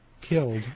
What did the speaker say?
killed